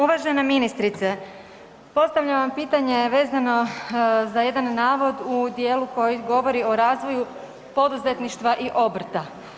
Uvažena ministrice postavljam vam pitanje vezano za jedan navod u dijelu koji govori o razvoju poduzetništva i obrta.